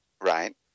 Right